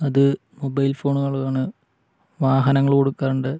അത് മൊബൈൽ ഫോണുകളാണ് വാഹനങ്ങള് കൊടുക്കാറുണ്ട്